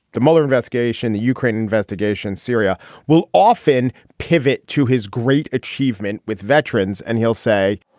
the mueller investigation, the ukraine investigation, syria will often pivot to his great achievement with veterans and he'll say,